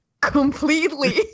Completely